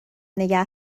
نگه